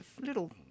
little